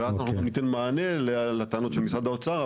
ואז נבוא וניתן מענה לטענות של משרד האוצר,